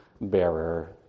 bearer